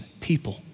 people